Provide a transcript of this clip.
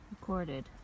recorded